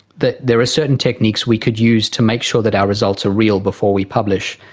that there are certain techniques we could use to make sure that our results are real before we publish.